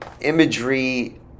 imagery